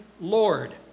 Lord